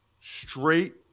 straight